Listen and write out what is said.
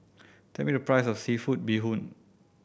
tell me the price of seafood bee hoon